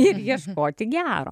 ir ieškoti gero